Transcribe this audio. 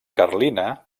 carlina